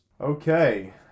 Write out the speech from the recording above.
Okay